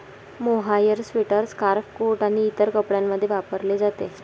mohair sweater, scarf, coat आणि इतर कपड्यांमध्ये वापरले जाते